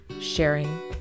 sharing